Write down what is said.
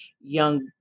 young